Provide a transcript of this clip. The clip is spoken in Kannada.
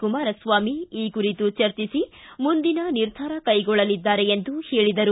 ಕುಮಾರಸ್ವಾಮಿ ಈ ಕುರಿತು ಚರ್ಚಿಸಿ ಮುಂದಿನ ನಿರ್ಧಾರ ಕೈಗೊಳ್ಳಲಿದ್ದಾರೆ ಎಂದು ಹೇಳಿದರು